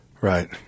Right